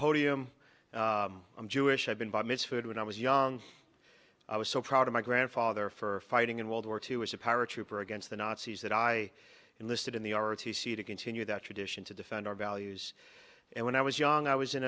podium i'm jewish i've been by miss food when i was young i was so proud of my grandfather for fighting in world war two as a paratrooper against the nazis that i enlisted in the aura to see to continue that tradition to defend our values and when i was young i was in